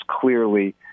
clearly